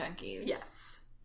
Yes